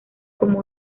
como